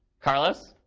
carlos